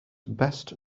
best